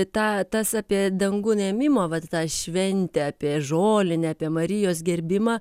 tą tas apie dangun ėmimo vat tą šventę apie žolinę apie marijos gerbimą